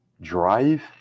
drive